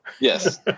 Yes